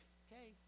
okay